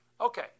Okay